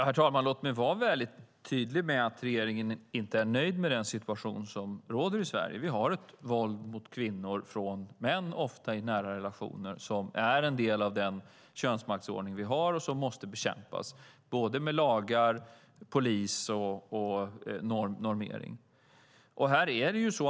Herr talman! Låt mig vara tydlig med att regeringen inte är nöjd med den situation som råder i Sverige. Det finns ett våld mot kvinnor från män, ofta i nära relationer, som är en del av den könsmaktsordning som råder och som måste bekämpas med hjälp av lagar, polis och normering.